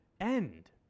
end